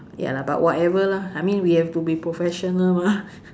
ya lah but whatever lah I mean we have to be professional mah